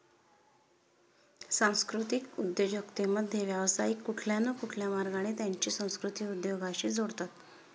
सांस्कृतिक उद्योजकतेमध्ये, व्यावसायिक कुठल्या न कुठल्या मार्गाने त्यांची संस्कृती उद्योगाशी जोडतात